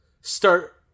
start